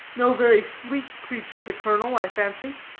no very sleek creature, the colonel, i fancy.